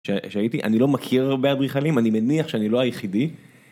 שהייתי, אני לא מכיר הרבה אדריכלים, אני מניח שאני לא היחידי.